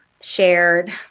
shared